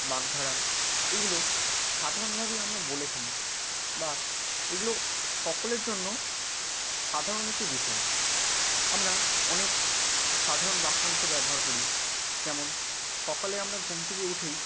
বাগধারা এগুলো সাধারণভাবেই আমরা বলে ফেলি বা এগুলো সকলের জন্য সাধারণ একটি বিষয় আমরা অনেক সাধারণ বাক্যাংশ ব্যবহার করি যেমন সকালে আমরা ঘুম থেকে উঠেই